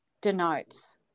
denotes